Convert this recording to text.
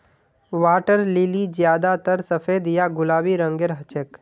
water lily ज्यादातर सफेद या गुलाबी रंगेर हछेक